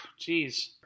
Jeez